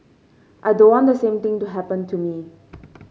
I don't want the same thing to happen to me